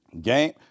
Game